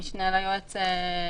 המשנה ליועץ,